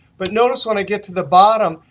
but notice when i get to the bottom,